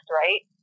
right